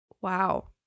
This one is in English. Wow